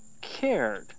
cared